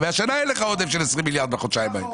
השנה אין לך עודף של 20 מיליארד בחודשיים האלה.